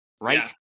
Right